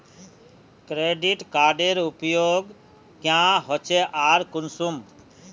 Credit कार्डेर उपयोग क्याँ होचे आर कुंसम?